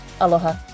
Aloha